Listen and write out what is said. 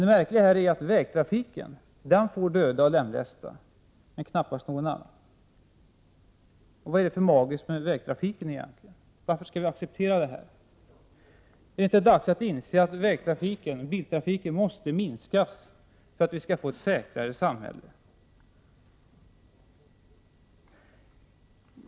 Det märkliga är att vägtrafiken får döda och lemlästa, men knappast någon annan. Vad är det egentligen för magiskt med vägtrafiken? Varför skall vi acceptera detta? Är det inte dags att inse att biltrafiken måste minska för att samhället skall bli säkrare?